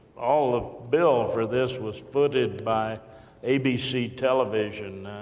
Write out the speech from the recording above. all the bill for this, was footed by abc television,